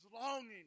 longing